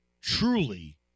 truly